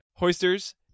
Hoisters